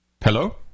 Hello